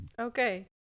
okay